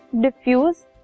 diffuse